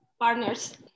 partners